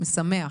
משמח,